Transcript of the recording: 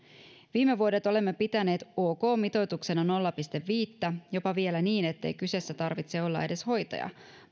viime vuodet olemme pitäneet ok mitoituksena nolla pilkku viittä jopa vielä niin ettei kyseessä tarvitse olla edes hoitaja